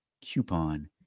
coupon